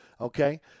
Okay